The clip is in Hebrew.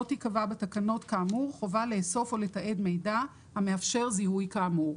תיקבע בתקנות כאמור חובה לאסוף או לתעד מידע המאפשר זיהוי כאמור".